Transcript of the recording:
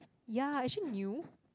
ya is she new